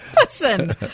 listen